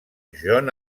john